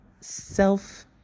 self